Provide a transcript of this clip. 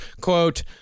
quote